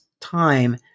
time